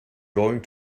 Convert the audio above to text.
going